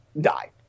die